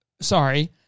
sorry